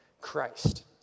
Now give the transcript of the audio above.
Christ